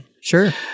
sure